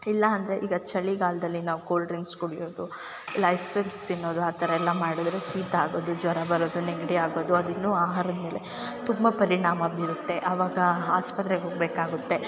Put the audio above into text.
ಇಲ್ಲ ಅಂದರೆ ಈಗ ಚಳಿಗಾಲದಲ್ಲಿ ನಾವು ಕೂಲ್ ಡ್ರಿಂಕ್ಸ್ ಕುಡಿಯೋದು ಇಲ್ಲ ಐಸ್ ಕ್ರಿಮ್ಸ್ ತಿನ್ನೋದು ಆ ಥರ ಎಲ್ಲ ಮಾಡಿದ್ರೆ ಶೀತ ಆಗೋದು ಜ್ವರ ಬರೋದು ನೆಗಡಿ ಆಗೋದು ಅದಿನ್ನು ಆಹಾರದಮೇಲೆ ತುಂಬ ಪರಿಣಾಮ ಬಿರುತ್ತೆ ಅವಾಗ ಆಸ್ಪತ್ರೆಗೆ ಹೋಗಬೇಕಾಗುತ್ತೆ